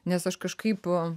nes aš kažkaip